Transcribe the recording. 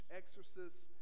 exorcists